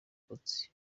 sports